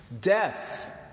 death